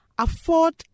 Afford